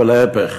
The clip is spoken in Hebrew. ולהפך.